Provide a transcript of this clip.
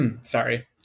sorry